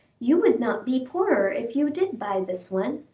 you would not be poorer if you did buy this one.